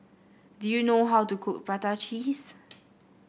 do you know how to cook Prata Cheese